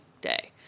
Day